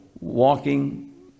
walking